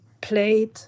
played